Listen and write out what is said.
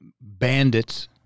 bandits